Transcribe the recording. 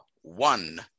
one